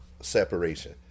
separation